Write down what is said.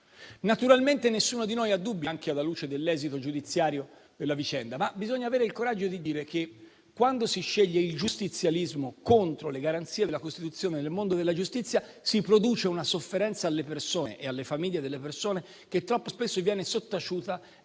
Naturalmente, nessuno di noi ha dubbi, anche alla luce dell'esito giudiziario della vicenda, ma bisogna avere il coraggio di dire che, quando si sceglie il giustizialismo contro le garanzie della Costituzione e del mondo della giustizia, si produce una sofferenza alle persone e alle loro famiglie che troppo spesso viene sottaciuta